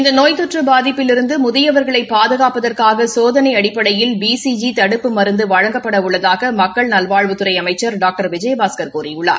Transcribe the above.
இந்த நோய் தொற்று பாதிப்பிலிருந்து முதியவர்களை பாதுகாப்பதற்காக சோதனை அடிப்படையில் பி சி ஜி தடுப்பு மருந்து வழங்கப்பட உள்ளதாக மக்கள் நல்வாழ்வுத்துறை அமைச்சள் டாக்டர் விஜயபாஸ்கள் கூறியுள்ளார்